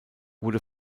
wurde